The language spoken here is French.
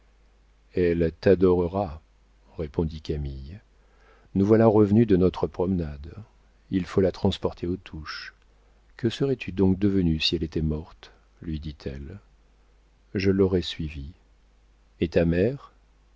elle t'adorera répondit camille nous voilà revenus de notre promenade il faut la transporter aux touches que serais-tu donc devenu si elle était morte lui dit-elle je l'aurais suivie et ta mère